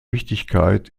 wichtigkeit